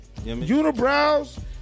Unibrows